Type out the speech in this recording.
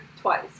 twice